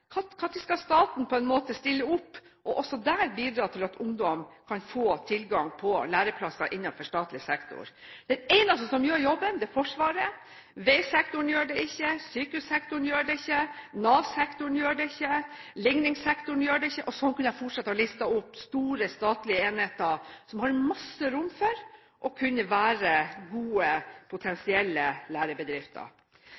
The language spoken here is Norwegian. skal staten stille opp og bidra til at ungdom også der kan få tilgang på læreplasser innenfor statlig sektor? Den eneste som gjør jobben, er Forsvaret. Veisektoren gjør det ikke. Sykehussektoren gjør det ikke. Nav-sektoren gjør det ikke. Ligningssektoren gjør det ikke. Sånn kunne jeg fortsette å liste opp store statlige enheter som har masse rom for å kunne være gode